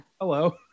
hello